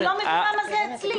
אני לא מבינה מה זה "אצלי".